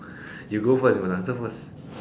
you go first you gotta answer first